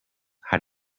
how